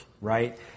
right